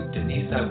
Denise